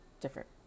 different